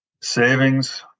Savings